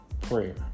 prayer